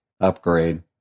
upgrade